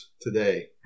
today